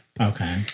Okay